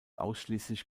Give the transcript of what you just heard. ausschließlich